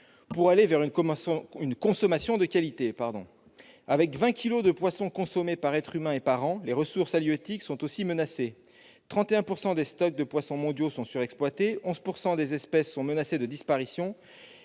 et aller vers une consommation de qualité. Avec vingt kilos de poissons consommés par être humain et par an, les ressources halieutiques sont aussi menacées, 31 % des stocks de poissons mondiaux sont surexploités et 11 % des espèces sont menacées de disparition,